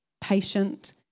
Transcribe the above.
patient